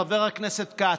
חבר הכנסת כץ,